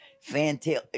fantail